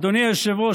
אדוני היושב-ראש,